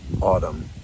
Autumn